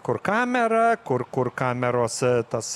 kur kamera kur kur kameros tas